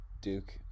Duke